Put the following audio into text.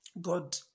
god